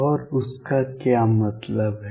और उसका क्या मतलब है